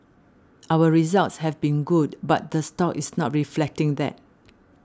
our results have been good but the stock is not reflecting that